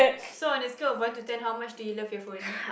so on a scope of one to ten how much do you love your phone